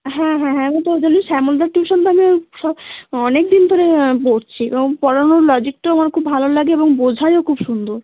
হ্যাঁ হ্যাঁ হ্যাঁ ওই তো ওই জন্যে শ্যামলদার টিউশনটা আমি সব অনেক দিন ধরে পড়ছি এবং পড়ানোর লজিকটাও আমার খুব ভালো লাগে এবং বোঝায়ও খুব সুন্দর